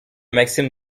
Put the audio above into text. maxime